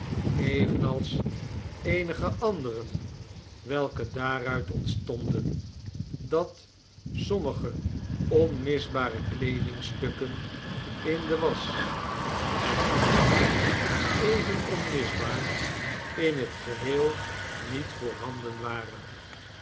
evenals eenige anderen welke daaruit ontstonden dat sommige onmisbare kleedingstukken in de wasch en andere even onmisbaar in het geheel niet voorhanden waren